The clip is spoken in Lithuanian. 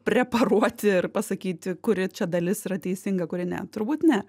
preparuoti ir pasakyti kuri čia dalis yra teisinga kuri ne turbūt ne